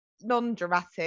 non-dramatic